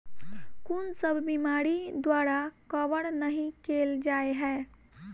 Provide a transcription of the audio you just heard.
कुन सब बीमारि द्वारा कवर नहि केल जाय है?